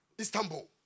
Istanbul